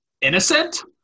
innocent